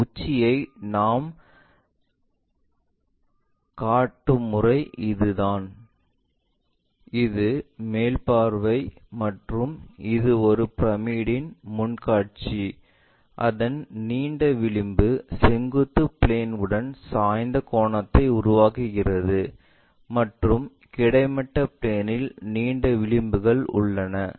இந்த உச்சியை நாம் கட்டும் முறை இதுதான் இது மேல் பார்வை மற்றும் இது ஒரு பிரமிட்டின் முன் காட்சி அதன் நீண்ட விளிம்பு செங்குத்து பிளேன்உடன் சாய்ந்த கோணத்தை உருவாக்குகிறது மற்றும் கிடைமட்ட பிளேன்இல் நீண்ட விளிம்புகள் உள்ளது